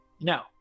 no